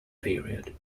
period